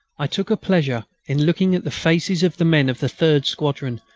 i took a pleasure in looking at the faces of the men of the third squadron,